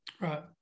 Right